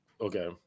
Okay